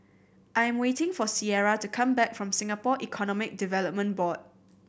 I am waiting for Sierra to come back from Singapore Economic Development Board